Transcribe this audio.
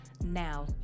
Now